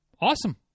Awesome